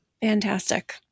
Fantastic